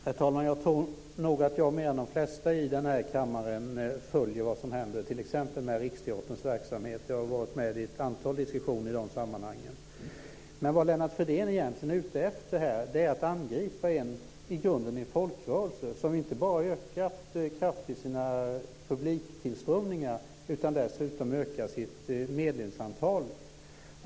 Herr talman! Jag tror nog att jag mer än de flesta i den här kammaren följer vad som händer t.ex. med Riksteaterns verksamhet. Jag har varit med i ett antal diskussioner i de sammanhangen. Vad Lennart Fridén egentligen är ute efter är att angripa en folkrörelse, som inte bara kraftigt har ökat sin publiktillströmning utan dessutom har ökat sitt medlemsantal.